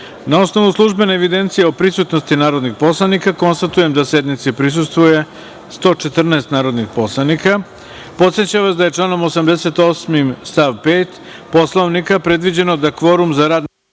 osnovu službene evidencije o prisutnosti narodnih poslanika, konstatujem da sednici prisustvuje 114 narodnih poslanika. Podsećam vas da je članom 88. stav 5. Poslovnika predviđeno da kvorum za rad Narodne